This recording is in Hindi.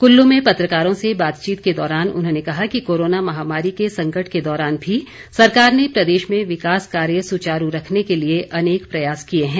कुल्लू में पत्रकारों से बातचीत के दौरान उन्होंने कहा कि कोरोना महामारी के संकट के दौरान भी सरकार ने प्रदेश के विकास कार्य सुचारू रखने के लिए अनेक प्रयास किए हैं